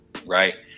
right